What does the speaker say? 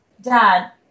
Dad